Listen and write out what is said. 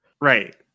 Right